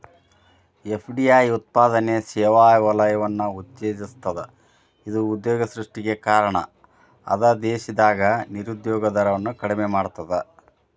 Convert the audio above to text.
FDI ಉತ್ಪಾದನೆ ಸೇವಾ ವಲಯವನ್ನ ಉತ್ತೇಜಿಸ್ತದ ಇದ ಉದ್ಯೋಗ ಸೃಷ್ಟಿಗೆ ಕಾರಣ ಅದ ದೇಶದಾಗ ನಿರುದ್ಯೋಗ ದರವನ್ನ ಕಡಿಮಿ ಮಾಡ್ತದ